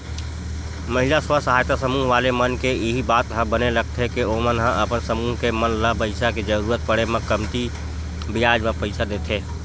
महिला स्व सहायता समूह वाले मन के इही बात ह बने लगथे के ओमन ह अपन समूह के मन ल पइसा के जरुरत पड़े म कमती बियाज म पइसा देथे